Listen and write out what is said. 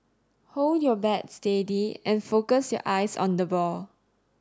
hold your bat steady and focus your eyes on the ball